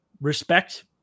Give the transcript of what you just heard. respect